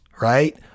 Right